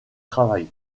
travail